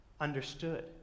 understood